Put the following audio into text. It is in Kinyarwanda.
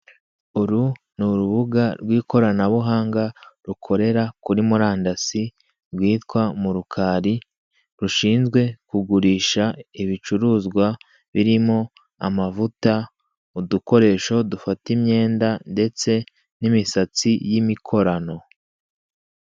Uru ni urubuga rw'ikoranabuhanga rukorera kuri murandasi rwitwa "murukali", rushinzwe kugurisha ibicuruzwa birimo amavuta, udukoresho dufata imyenda ndetse n'imisatsi y'imikorano.